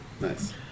Nice